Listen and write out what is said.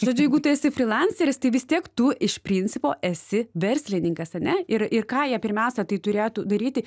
žodžiu jeigu tu esi frilanceris tai vis tiek tu iš principo esi verslininkas ane ir ir ką jie pirmiausia tai turėtų daryti